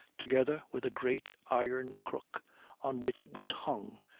together with a great iron crook on which it was hung,